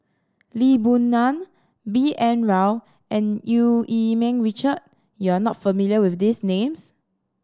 Lee Boon Ngan B N Rao and Eu Yee Ming Richard you are not familiar with these names